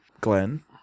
Glenn